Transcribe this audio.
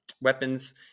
weapons